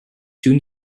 soon